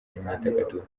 n’imyidagaduro